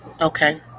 okay